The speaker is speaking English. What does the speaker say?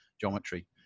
geometry